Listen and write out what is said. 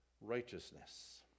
righteousness